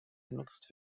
genutzt